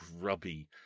grubby